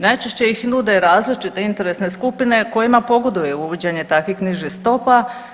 Najčešće ih nude različite interesne skupine kojima pogoduje uvođenje takvih nižih stopa.